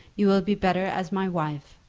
you will be better as my wife,